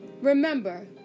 remember